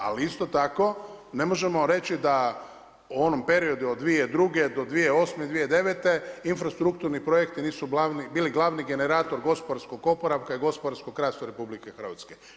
Ali isto tako ne možemo reći da u onom periodu od 2002. do 2008., 2009. infrastrukturni projekti nisu bili glavni generator gospodarskog oporavka i gospodarskog rasta Republike Hrvatske.